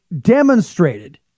demonstrated